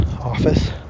office